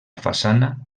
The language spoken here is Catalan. façana